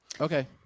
Okay